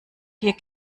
vier